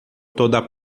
toda